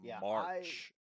March